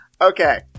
okay